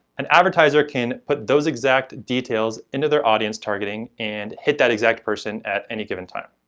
an advertiser can put those exact details into their audience targeting and hit that exact person at any given time.